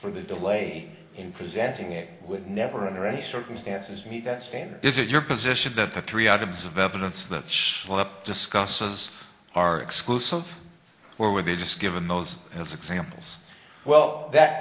for the delay in presenting it would never under any circumstances meet that standard is it your position that the three items of evidence that shows up discusses are exclusive where were they just given those as examples well that